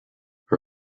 her